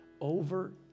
over